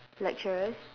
lecturers